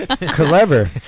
clever